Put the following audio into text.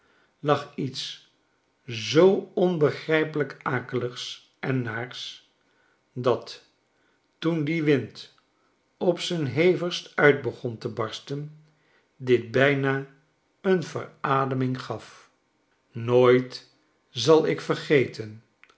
lag iets zoo onbegrijpelijk akeligs en naars dat toen do wind op zijn hevigst uit begon te barsten dit bijna een verademing gaf nooit zal ik vergeten